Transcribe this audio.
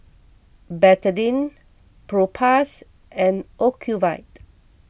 Betadine Propass and Ocuvite